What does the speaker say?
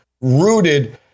rooted